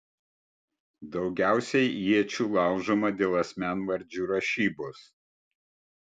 daugiausiai iečių laužoma dėl asmenvardžių rašybos